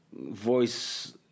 voice